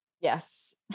yes